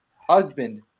husband